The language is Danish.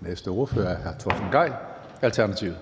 Næste ordfører er hr. Torsten Gejl, Alternativet.